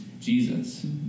Jesus